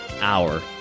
hour